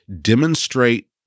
demonstrate